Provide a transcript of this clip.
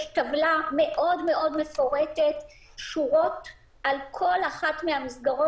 יש טבלה מאוד מאוד מפורטת על כל אחת מהמסגרות